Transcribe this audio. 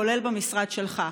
כולל במשרד שלך.